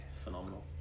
phenomenal